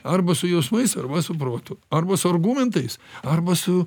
arba su jausmais arba su protu arba su argumentais arba su